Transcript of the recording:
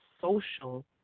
social